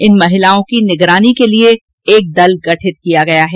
इन महिलाओं की निगरानी के लिए एक दल गठित किया गया है